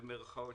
במירכאות,